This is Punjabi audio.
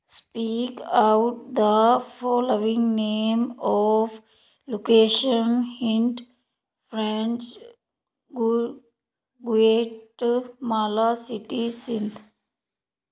speak out the following name of location hint parent Guatemala city synth